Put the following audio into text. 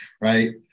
right